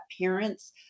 parents